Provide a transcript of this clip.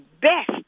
best